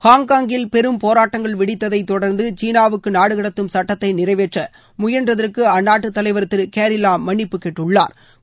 ஹாங்காங்கில் பெரும் போராட்டங்கள் வெடித்ததை தொடர்ந்து சீனாவுக்கு நாடு கடத்தும் சட்டத்தை நிறைவேற்ற முயன்றதற்கு அந்நாட்டு தலைவர் திரு கேரி லாம் மன்னிப்பு கேட்டுள்ளாா்